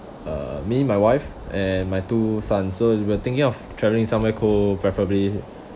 uh me my wife and my two sons so we're thinking of travelling somewhere cold preferably